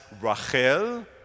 Rachel